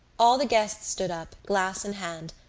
all the guests stood up, glass in hand,